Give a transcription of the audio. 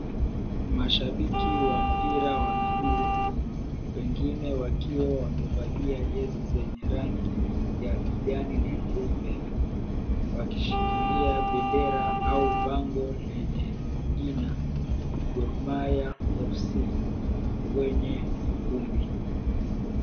Mashabiki wa mpira wa miguu, wengine wakiwa wamevalia jezi zenye rangi ya kijani na nyeupe, wakishikilia bendera au bango lenye jina Gormaia FC kwenye ukumbi.